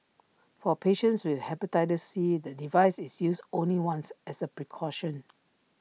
for patients with Hepatitis C the device is used only once as A precaution